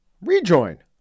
rejoin